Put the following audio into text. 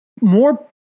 more